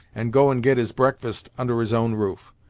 and go and get his breakfast under his own roof.